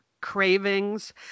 cravings